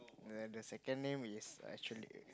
then the second name is actually